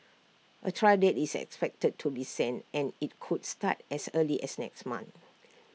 A trial date is expected to be set and IT could start as early as next month